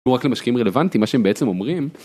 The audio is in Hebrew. ורק למשקיעים רלוונטיים. מה שהם בעצם אומרים.